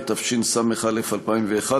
התשס"א 2001,